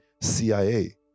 CIA